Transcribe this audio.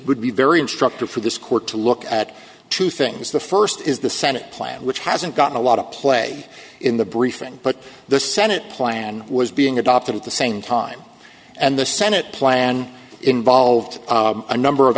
would be very instructive for this court to look at two things the first is the senate plan which hasn't gotten a lot of play in the briefing but the senate plan was being adopted at the same time and the senate plan involved a number of